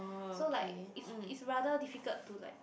so like it's it's rather difficult to like